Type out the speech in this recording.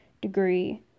degree